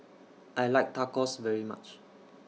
I like Tacos very much